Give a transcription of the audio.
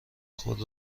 خود